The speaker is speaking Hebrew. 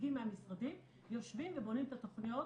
נציגים מהמשרדים יושבים ובונים את התכניות